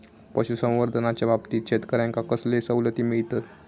पशुसंवर्धनाच्याबाबतीत शेतकऱ्यांका कसले सवलती मिळतत?